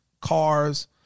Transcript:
cars